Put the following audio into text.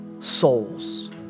souls